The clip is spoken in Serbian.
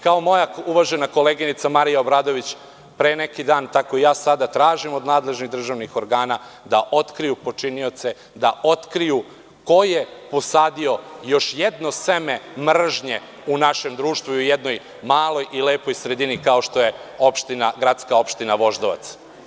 Kaoi moja uvažena koleginica Marija Obradović pre neki dan, tako i ja sada tražim od nadležnih državnih organa da otkriju počinioce, da otkriju ko je posadio još jedno seme mržnje u našem društvu i u jednoj maloj i lepoj sredini, kao što je gradska opština Voždovac.